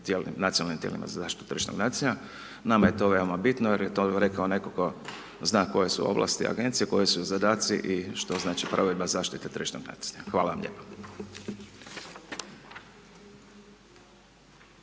nacionalnim tijelima za zaštitu tržišnog natjecanja. Nama je to veoma bitno jer je to rekao netko tko zna koje su ovlasti agencije, koji su zadaci i što znači provedba zaštite tržišnog natjecanja. Hvala vam lijepa.